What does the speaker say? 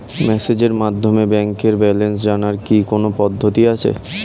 মেসেজের মাধ্যমে ব্যাংকের ব্যালেন্স জানার কি কোন পদ্ধতি আছে?